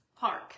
park